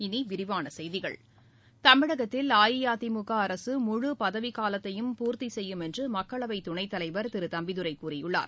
இனி விரிவான செய்திகள் தமிழகத்தில் அஇஅதிமுக அரசு முழு பதவிக்காலத்தையும் பூர்த்தி செய்யும் என்று மக்களவை துணைத்தலைவர் திரு தம்பிதுரை கூறியுள்ளார்